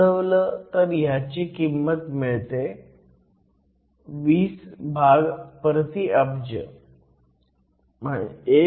हे सोडवलं तर ह्याची किंमत मिळते 20 भाग प्रति अब्ज